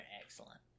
excellent